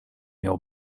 miał